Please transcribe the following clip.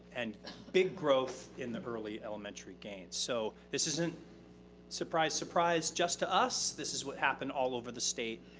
and big growth in the early elementary gains. so this isn't surprise, surprise just to us. this is what happened all over the state.